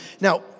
Now